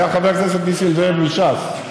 והיה חבר הכנסת נסים זאב מש"ס,